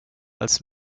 als